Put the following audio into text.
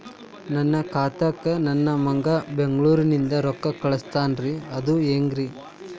ನನ್ನ ಖಾತಾಕ್ಕ ನನ್ನ ಮಗಾ ಬೆಂಗಳೂರನಿಂದ ರೊಕ್ಕ ಕಳಸ್ತಾನ್ರಿ ಅದ ಹೆಂಗ್ರಿ?